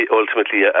ultimately